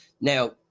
Now